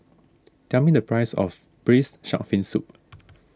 tell me the price of Braised Shark Fin Soup